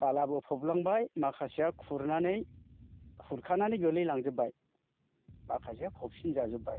बालाबो फबलांबाय माखासेया खुरनानै खुरखानानै गोलैलांजोब्बाय माखासेया फबसिन जाजोब्बाय